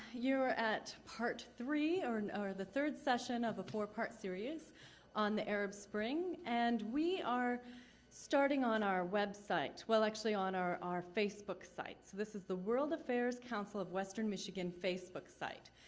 you're at part three er, and the third session of a four-part series on the arab spring, and we are starting on our website well, actually, on our our facebook site. so, this is the world affairs council of western michigan facebook site.